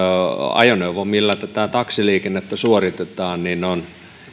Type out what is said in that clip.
ajoneuvo millä tätä taksiliikennettä suoritetaan on